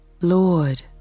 Lord